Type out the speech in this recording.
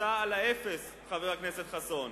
בתוצאה על האפס, חבר הכנסת חסון.